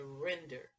surrender